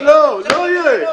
לא, לא יהיה.